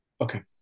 Okay